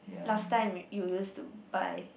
last time you used to buy